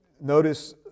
notice